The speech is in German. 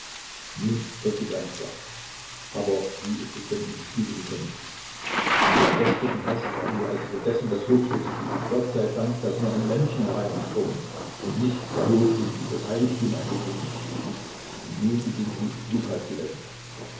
nun wird sie ganz wach aber wie ist es denn in die stube gekommen in der gestrigen hast haben wir also vergessen das hoftor zu schließen gott sei dank daß nur ein lämmchen hereingesprungen und nicht der hofhund in das heiligtum eingedrungen ist und nun beginnt sie luka zu wecken